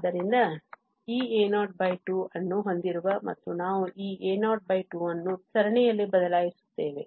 ಆದ್ದರಿಂದ ಈ a02 ಅನ್ನು ಹೊಂದಿರುವ ಮತ್ತು ನಾವು ಈ a02 ಅನ್ನು ಸರಣಿಯಲ್ಲಿ ಬದಲಾಯಿಸುತ್ತೇವೆ